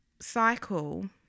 cycle